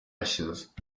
ashes